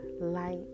light